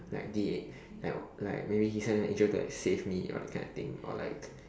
like did like like maybe he sent an angel to like save me or that kind of thing or like